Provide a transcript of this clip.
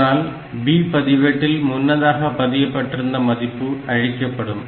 இதனால் B பதிவேட்டில் முன்னதாக பதியப்பட்டிருந்த மதிப்பு அழிக்கப்படும்